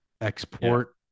export